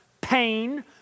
pain